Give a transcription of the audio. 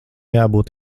jābūt